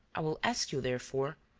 i will ask you, therefore,